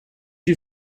you